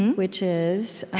which is